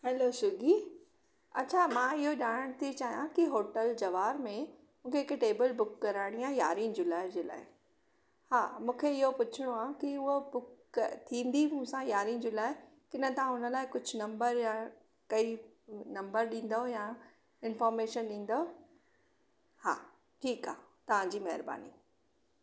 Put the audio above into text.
hello Swiggy अच्छा मां इयहो ॼाणण थू चाहियां की होटल जवार में जेके टेबल बुक कराइणी आहे यारहीं जुलाई जे लाइ हा मूंखे इयो पुछिणे आहे की उह बुक थींदी मूंसा यारहीं जुलाई की न तव्हां हुन लाइ कुझु नंबर या कई नंबर ॾिंदव या इंफॉर्मेशन ॾिंदव हा ठीकु आहे तव्हांजी महिरबानी